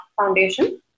Foundation